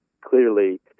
clearly